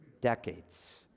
decades